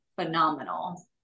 phenomenal